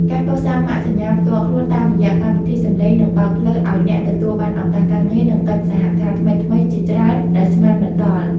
ការកសាងម៉ាកសញ្ញាផ្ទាល់ខ្លួនតាមរយៈកម្មវិធីសំឡេងនឹងបើកផ្លូវឱ្យអ្នកទទួលបានឱកាសការងារ និងកិច្ចសហការថ្មីៗជាច្រើនដែលស្មានមិនដល់។